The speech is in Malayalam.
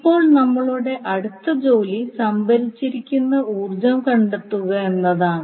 ഇപ്പോൾ നമ്മളുടെ അടുത്ത ജോലി സംഭരിച്ചിരിക്കുന്ന ഊർജ്ജം കണ്ടെത്തുക എന്നതാണ്